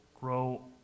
grow